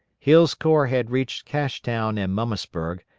hill's corps had reached cashtown and mummasburg,